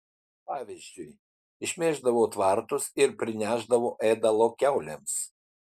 pavyzdžiui išmėždavau tvartus ir prinešdavau ėdalo kiaulėms